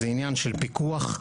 זה עניין של פיקוח.